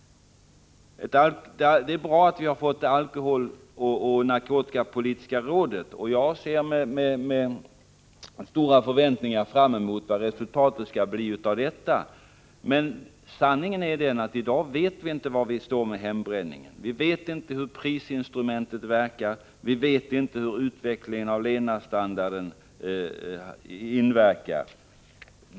Det är bra att vi fått ett alkoholoch narkotikapolitiskt råd, och jag ser med stora förväntningar fram mot vad resultatet skall bli. Men sanningen är den, att i dag vet vi inte var vi står när det gäller hembränningen, vi vet inte hur prisinstrumentet verkar, vi vet inte vilken roll utvecklingen och levnadsstandarden spelar.